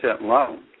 loan